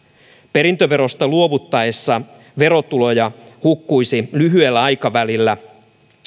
perintöverosta luovuttaessa verotuloja hukkuisi lyhyellä aikavälillä